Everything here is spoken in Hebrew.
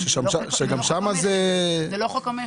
זה לא חוק המכר.